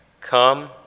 come